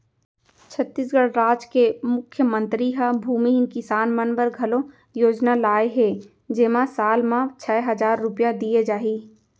छत्तीसगढ़ राज के मुख्यमंतरी ह भूमिहीन किसान मन बर घलौ योजना लाए हे जेमा साल म छै हजार रूपिया दिये जाही